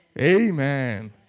Amen